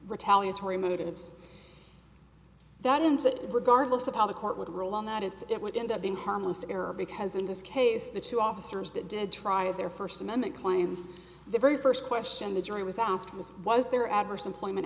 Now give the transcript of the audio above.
retaliatory motives that ends it regardless of how the court would rule on that it's it would end up being harmless error because in this case the two officers that did try their first amendment claims the very first question the jury was asked was was there adverse employment